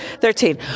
Thirteen